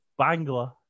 Bangla